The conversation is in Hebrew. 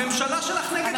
הממשלה שלך נגד החוק הזה.